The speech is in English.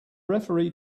referee